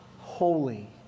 holy